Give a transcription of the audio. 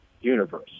universe